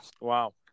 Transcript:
Wow